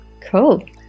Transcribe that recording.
cool